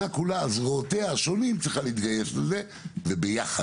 זרועותיה השונים של המדינה צריכים להתגייס לזה וביחד.